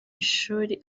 ishuri